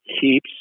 keeps